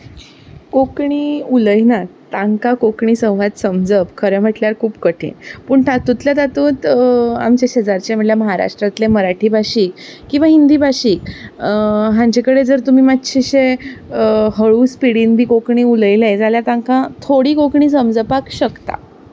कोंकणी उलयना तांकां कोंकणी संवाद समजप खूब कठीण पूण तातूंतल्या तातूंत आमचे शेजारचे म्हणल्यार म्हाराष्ट्रातले मराठी भाशीक किंवां हिंदी भाशीक हांचे कडेन जर तुमी मातशेशे हळू स्पिडीन बी कोंकणी उलयले जाल्यार तांकां थोडी कोंकणी समजपाक शकता